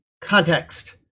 context